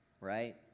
Right